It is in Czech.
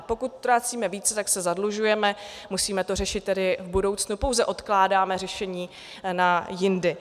Pokud utrácíme více, tak se zadlužujeme, musíme to řešit v budoucnu a pouze odkládáme řešení na jindy.